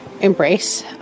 embrace